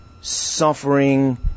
suffering